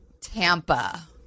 Tampa